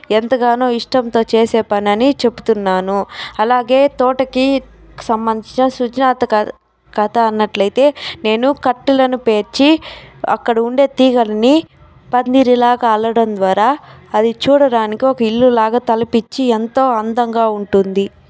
ఎంతగానో ఇష్టంతో చేసే పని అని చెబుతున్నాను అలాగే తోటకి సంబంధించిన సృజనాత్మక కథ అన్నట్లయితే నేను కట్టలను పేర్చి అక్కడ ఉండే తీగలని పందిరిలాగ కాలడం ద్వారా అది చూడడానికి ఒక ఇల్లు లాగా తలపిచ్చి ఎంతో అందంగా ఉంటుంది